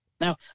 now